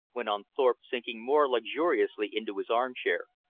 went on thorpe, sinking more luxuriously into his armchair,